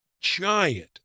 Giant